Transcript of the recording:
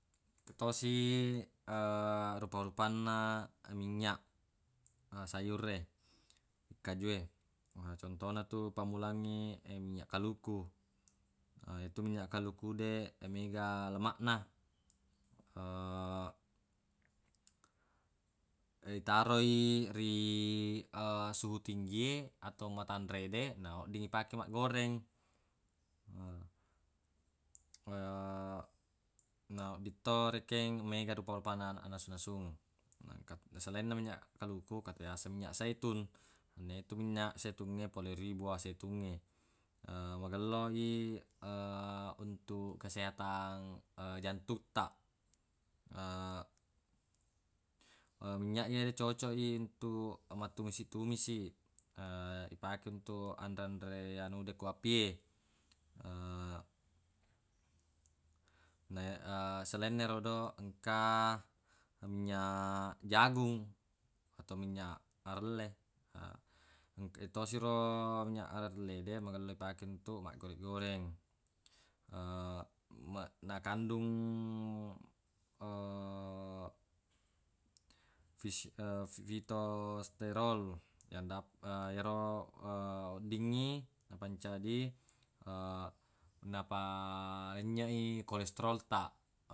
Tutosi rupa-rupanna minynyaq sayur e ikkaju e contona tu pammulangngi minynyaq kaluku yetu minynyaq kaluku de mega lemaq na itaroi ri suhu tinggie atau matanre de na oddingngi ipake maggoreng na odding to rekeng mega rupa-rupanna nasu-nasung na engka- na salainna minynyaq kaluku engka to diyaseng minynyaq zaitung na yetu minynyaq zaitungnge pole ri bua zaitungnge magello i untuq kesehatang jantung taq minynyaq yede cocoq i untuq mattumisi-tumisi ipake untuq anre-anre anude ku api e salainna erodo engka minynyaq jagung atau minynyaq arelle eng- yatosi ro minynyaq arelle de magello ipake untuq maggore-goreng me- nakandung fisi- fitosterol yang dap- yero weddingngi ipancaji napakanjaq i kolesterol taq